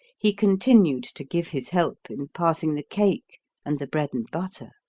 he continued to give his help in passing the cake and the bread-and-butter.